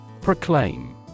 Proclaim